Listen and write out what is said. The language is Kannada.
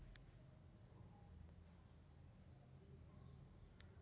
ಅಧ್ಯಕ್ಷ ತೆಹ್ ಹಾಂಗ್ ಪಿಯೋವ್ ಹತ್ತೊಂಬತ್ ನೂರಾ ಅರವತ್ತಾರಗ ಸಾರ್ವಜನಿಕ ಬ್ಯಾಂಕ್ ಸ್ಥಾಪಿಸಿದ